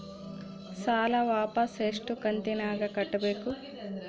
ಸಾಲ ವಾಪಸ್ ಎಷ್ಟು ಕಂತಿನ್ಯಾಗ ಕಟ್ಟಬೇಕು?